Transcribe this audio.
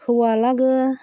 हौवा लागो